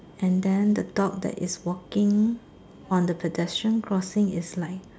and then the dog that is walking on the pedestrian crossing is like